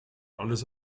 alles